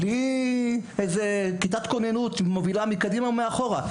בלי איזו כיתת כוננות שמלווה מקדימה או מאחורה.